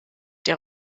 der